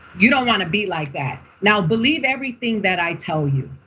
you don't wanna be like that. now, believe everything that i tell you,